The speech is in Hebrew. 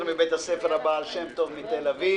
מבית הספר הבעל שם טוב מתל אביב,